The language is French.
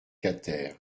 quater